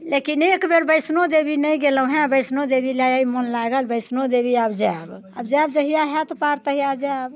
लेकिन एक बेर वैष्णो देवी नहि गेलहुँहँ वैष्णो देवी लए अइ मोन लागल वैष्णो देवी आब जायब आब जायब जहिआ हैत पार तहिया जायब